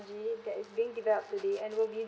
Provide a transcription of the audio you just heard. that is being developed today and will be